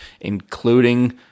including